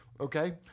Okay